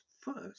first